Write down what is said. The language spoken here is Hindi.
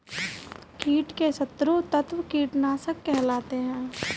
कीट के शत्रु तत्व कीटनाशक कहलाते हैं